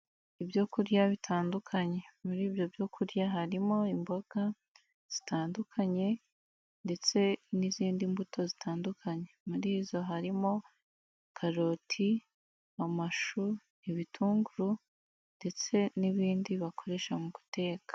Ibyo kurya bitandukanye muri ibyo byo kurya harimo imboga zitandukanye, ndetse n'izindi mbuto zitandukanye. Murii zo harimo karoti, amashu, ibitunguru, ndetse n'ibindi bakoresha mu guteka.